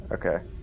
Okay